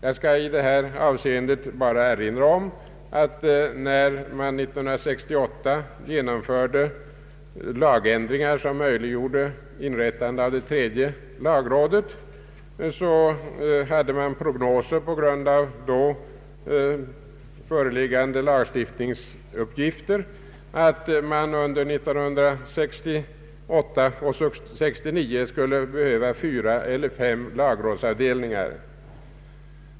Jag skall i detta avseende bara erinra om att den lagändring som genomfördes år 1968 och medförde inrättande av en tredje lagrådsavdelning föranleddes av prognoser på grund av då föreliggande lagstiftningsuppgifter. Det ansågs att det under åren 1968 och 1969 skulle behövas fyra eller fem lagrådsavdelningar.